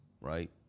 right